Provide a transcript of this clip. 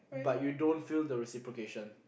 but you don't feel the reciprocation